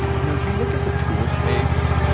you know if you look at the tool space,